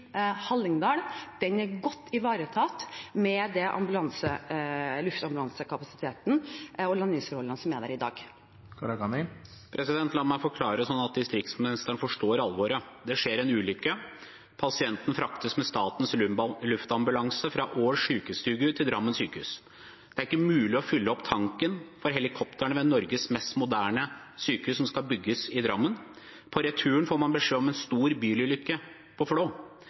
Hallingdal er godt ivaretatt med den luftambulansekapasiteten og de landingsforholdene som er der i dag. La meg forklare, sånn at distriktsministeren forstår alvoret. Det skjer en ulykke. Pasienten fraktes med statens luftambulanse fra Hallingdal sjukestugu på Ål til Drammen sykehus. Det er ikke mulig å fylle opp tanken på helikopteret ved Norges mest moderne sykehus som skal bygges i Drammen. På returen får man beskjed om en stor bilulykke på Flå.